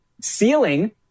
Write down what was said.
ceiling